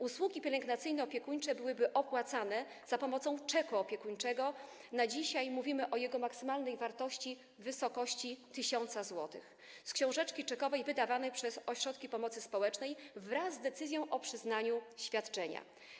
Usługi pielęgnacyjno-opiekuńcze byłyby opłacane za pomocą czeku opiekuńczego, dzisiaj mówimy o jego maksymalnej wartości wynoszącej 1 tys. zł, z książeczki czekowej wydawanej przez ośrodki pomocy społecznej wraz z decyzją o przyznaniu świadczenia.